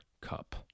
cup